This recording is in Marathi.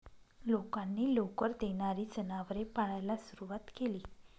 लोकांनी लोकर देणारी जनावरे पाळायला सुरवात केली